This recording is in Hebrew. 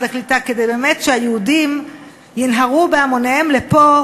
הקליטה כדי שבאמת היהודים ינהרו בהמוניהם לפה?